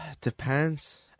Depends